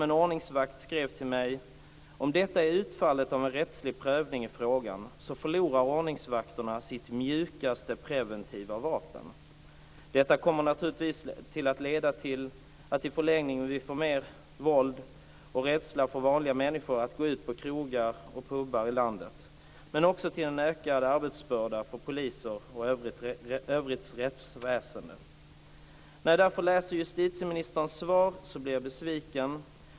En ordningsvakt skrev följande till mig: Om detta är utfallet av en rättslig prövning i frågan förlorar ordningsvakterna sitt mjukaste preventiva vapen. Detta kommer naturligtvis att leda till att vi i förlängningen får mer våld och en rädsla bland vanliga människor att gå ut på krogar och pubar i landet, men också till en ökad arbetsbörda för poliser och övrigt rättsväsende. När jag då läser justitieministerns svar blir jag besviken.